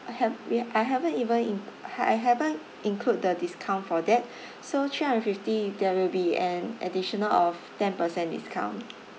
I have we ha~ I haven't even in~ I haven't include the discount for that so three hundred and fifty there will be an additional of ten percent discount